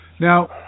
Now